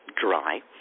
dry